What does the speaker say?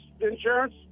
insurance